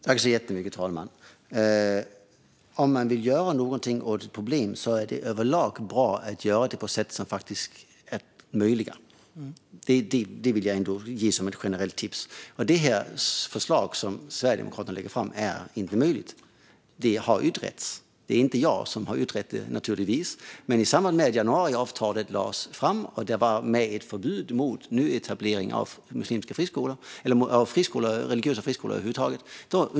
Fru talman! Om man vill göra någonting åt ett problem är det överlag bra att göra det på ett sätt som är möjligt. Det vill jag ge som ett generellt tips. Det förslag som Sverigedemokraterna lägger fram är inte möjligt att genomföra. Detta har utretts. Det är naturligtvis inte jag som har utrett det. I samband med att januariavtalet lades fram undersöktes det om det var möjligt med ett förbud mot nyetablering av muslimska friskolor - och religiösa friskolor över huvud taget.